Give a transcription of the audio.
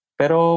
pero